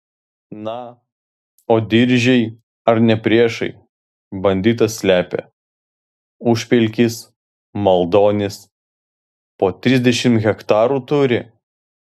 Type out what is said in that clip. na o diržiai ar ne priešai banditą slepia užpelkis maldonis po trisdešimt hektarų turi